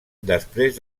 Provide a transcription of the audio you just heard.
després